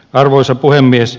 arvoisa puhemies